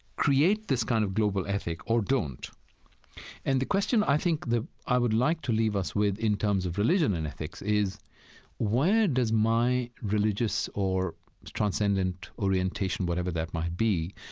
create this kind of global ethic or don't and the question i think that i would like to leave us with in terms of religion and ethics is where does my religious or transcendent orientation, whatever that might be,